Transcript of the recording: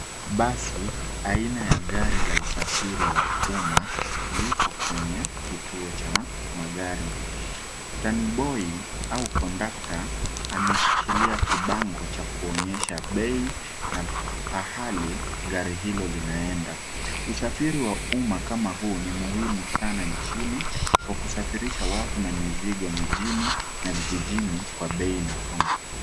Basi aina ya gari la usafiri wa umma lipo kwenye kituo cha magari Taniboi au kondakta ameshikilia kibango cha kuonyesha bei na pahali gari hilo linaenda usafiri wa umma kama huu ni muhimu sana nchini kwa kusafirisha watu na mizigo mijini na vijijini kwa bei nafuu.